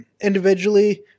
individually